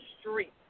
street